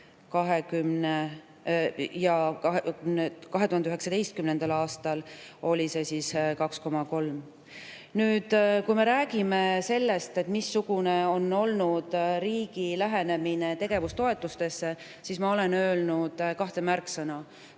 2019. aastal oli see 2,3. Kui me räägime sellest, missugune on olnud riigi lähenemine tegevustoetuste puhul, siis ma olen öelnud kaks märksõna.